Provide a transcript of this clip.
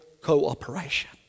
cooperation